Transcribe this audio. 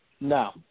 No